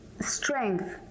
strength